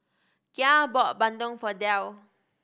Gia bought bandung for Dale